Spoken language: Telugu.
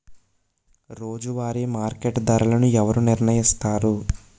రోజువారి మార్కెట్ ధరలను ఎవరు నిర్ణయిస్తారు?